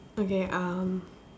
okay um